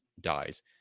dies